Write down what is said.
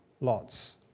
lots